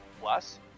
plus